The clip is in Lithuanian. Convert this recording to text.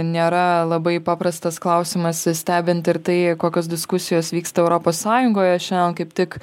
nėra labai paprastas klausimas stebint ir tai kokios diskusijos vyksta europos sąjungoje šiandien kaip tik